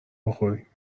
بخوریم